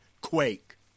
quake